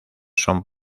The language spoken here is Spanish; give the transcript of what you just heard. son